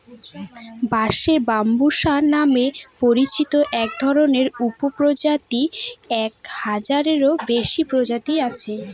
বাঁশের ব্যম্বুসা নামে পরিচিত একধরনের উপপ্রজাতির এক হাজারেরও বেশি প্রজাতি আছে